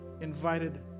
invited